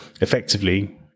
effectively